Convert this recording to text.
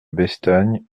bestagne